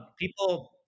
people